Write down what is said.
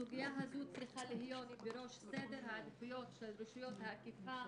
הסוגיה הזו צריכה להיות בראש סדר העדיפויות של רשויות האכיפה,